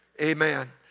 Amen